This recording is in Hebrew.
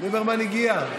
ליברמן הגיע.